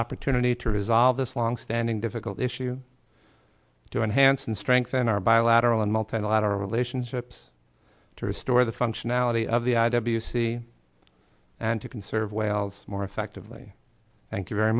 opportunity to resolve this long standing difficult issue to enhance and strengthen our bilateral and multilateral relationships to restore the functionality of the i w c and to conserve whales more effectively thank you very